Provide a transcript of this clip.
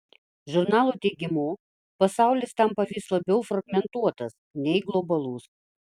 žurnalo teigimu pasaulis tampa vis labiau fragmentuotas nei globalus